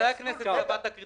שהכנסת קבעה.